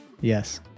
Yes